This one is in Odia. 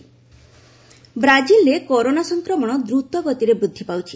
କରୋନା ବ୍ରାଜିଲ୍ ବ୍ରାଜିଲ୍ରେ କରୋନା ସଂକ୍ରମଣ ଦ୍ରତ ଗତିରେ ବୃଦ୍ଧି ପାଉଛି